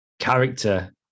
character